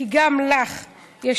כי גם לך יש,